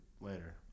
later